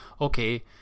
okay